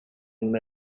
una